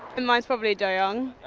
and mines probably doyoung.